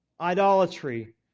Idolatry